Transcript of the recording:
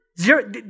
Zero